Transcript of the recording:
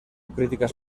críticas